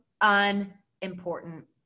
unimportant